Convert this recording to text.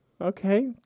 Okay